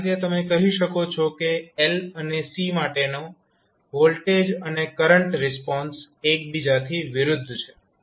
તો આ રીતે તમે કહી શકો છો કે L અને C માટેનો વોલ્ટેજ અને કરંટ રિસ્પોન્સ એકબીજાથી વિરુદ્ધ છે